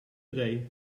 day